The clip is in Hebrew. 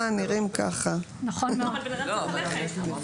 הוא הולך מחוץ לאזור שהוא שטח המחיה.